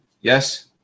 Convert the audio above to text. Yes